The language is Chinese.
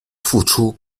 复出